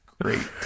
great